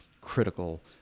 critical